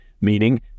meaning